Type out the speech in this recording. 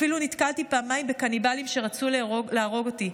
אפילו נתקלתי פעמיים בקניבלים שרצו להרוג אותי.